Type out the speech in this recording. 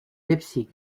leipzig